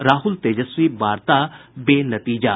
राहुल तेजस्वी वार्ता बेनतीजा